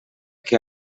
que